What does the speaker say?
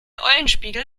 eulenspiegel